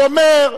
הוא אומר,